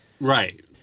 Right